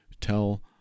tell